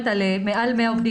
מעל 100 עובדים,